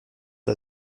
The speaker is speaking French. aux